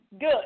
good